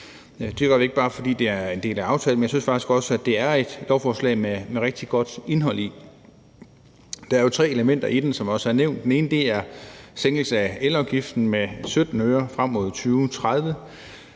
Det gør vi ikke bare, fordi det er en del af aftalen, men vi synes faktisk også, det er et lovforslag med et rigtig godt indhold. Der er jo, som det også er nævnt, tre elementer i det. Det ene er en sænkelse af elafgiften med 17 øre frem mod 2030.